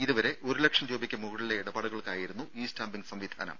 ഇതുവരെ ഒരു ലക്ഷം രൂപയ്ക്ക് മുകളിലെ ഇടപാടുകൾക്കായിരുന്നു ഇ സ്റ്റാമ്പിങ് സംവിധാനം